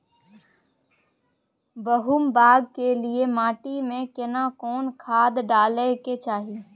गहुम बाग के लिये माटी मे केना कोन खाद डालै के चाही?